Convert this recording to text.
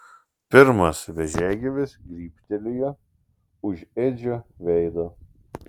pirmas vėžiagyvis grybštelėjo už edžio veido